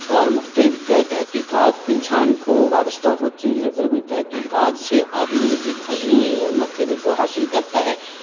اور مختلف تحقیقات انسان کو وابستہ ہوتی ہیں پھر ان تحقیقات سے آدمی ایک عظیم مرتبے کو حاصل کرتا ہے